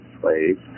slaves